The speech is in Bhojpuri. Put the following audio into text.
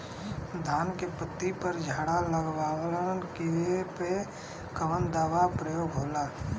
धान के पत्ती पर झाला लगववलन कियेपे कवन दवा प्रयोग होई?